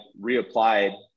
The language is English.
reapplied